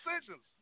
decisions